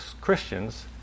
Christians